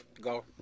go